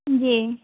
जी